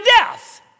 death